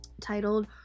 titled